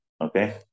okay